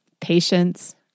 patience